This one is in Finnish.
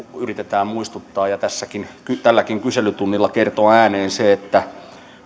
yritetään muistuttaa ja tälläkin kyselytunnilla kertoa ääneen se että